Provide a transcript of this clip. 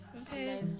okay